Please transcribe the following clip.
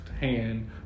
hand